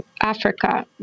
Africa